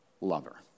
lover